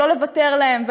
ולא לוותר להם,